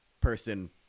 person